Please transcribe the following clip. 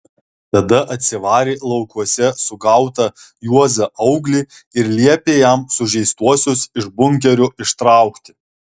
tada atsivarė laukuose sugautą juozą auglį ir liepė jam sužeistuosius iš bunkerio ištraukti